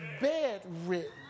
bedridden